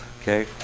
Okay